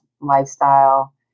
lifestyle